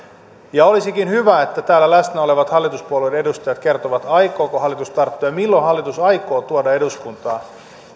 ja olisikin hyvä että täällä läsnä olevat hallituspuolueiden edustajat kertoisivat aikooko hallitus tarttua asiaan ja milloin hallitus aikoo tuoda eduskuntaan